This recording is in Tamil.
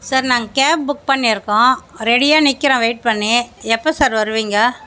சார் நாங்க கேப் புக் பண்ணி இருக்கோம் ரெடியாக நிற்கிறோம் வெயிட் பண்ணி எப்போ சார் வருவீங்கள்